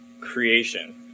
creation